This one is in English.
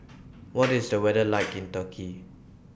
What IS The weather like in Turkey